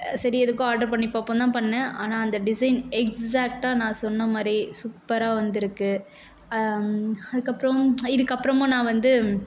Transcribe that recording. சரி எதுக்கும் ஆர்டர் பண்ணிப் பார்ப்போம் தான் பண்ணிணேன் ஆனால் அந்த டிசைன் எக்ஸாக்டாக நான் சொன்ன மாதிரியே சூப்பராக வந்திருக்கு அதுக்கப்புறம் இதுக்கப்புறமும் நான் வந்து